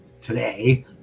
today